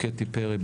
קטי פרי,